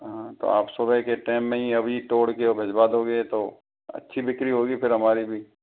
हाँ तो आप सुबह के टाइम ही अभी तोड़ के भिजवा दोगे तो अच्छी बिक्री होगी फिर हमारी भी